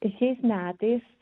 šiais metais